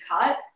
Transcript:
cut